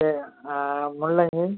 சரி ஆ முள்ளங்கி